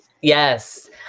Yes